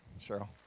Cheryl